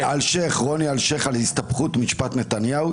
רוני אלשייך על הסתבכות משפט נתניהו: